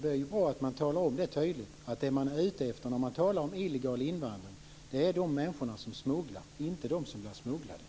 Det är bra att man talar om tydligt att det man är ute efter är de människor som smugglar, inte de som blir smugglade.